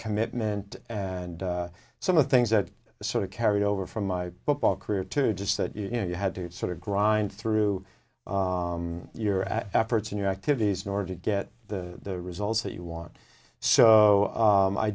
commitment and some of the things that sort of carried over from my football career to just that you know you had to sort of grind through your ass efforts in your activities in order to get the results that you want so